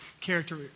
character